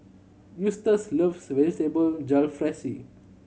Eustace loves Vegetable Jalfrezi